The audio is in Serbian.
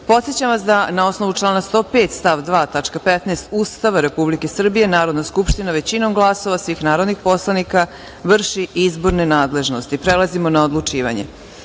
podsećam vas da na osnovu člana 105. stav 2. tačka 15. Ustava Republike Srbije, Narodna skupština većinom glasova svih narodnih poslanika vrši izborne nadležnosti. Prelazimo na odlučivanje. Tačka